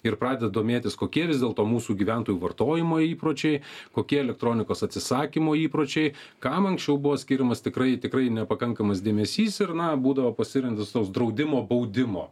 ir pradeda domėtis kokie vis dėlto mūsų gyventojų vartojimo įpročiai kokie elektronikos atsisakymo įpročiai kam anksčiau buvo skiriamas tikrai tikrai nepakankamas dėmesys ir na būdavo pasirinktas toks draudimo baudimo